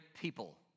people